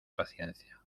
paciencia